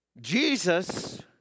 Jesus